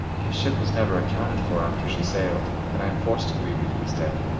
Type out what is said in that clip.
his ship was never accounted for after she sailed, and i am forced to believe that he is dead.